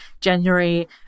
January